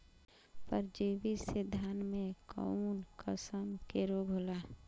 परजीवी से धान में कऊन कसम के रोग होला?